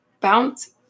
bounce